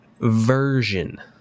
version